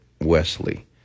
Wesley